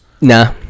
Nah